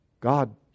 God